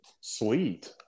Sweet